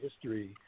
history